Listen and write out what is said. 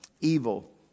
evil